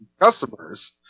customers